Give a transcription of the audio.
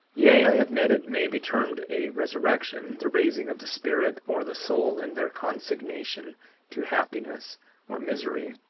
yea, i admit it may be termed a resurrection, the raising of the spirit or the soul and their consignation to happiness or misery,